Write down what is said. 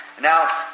Now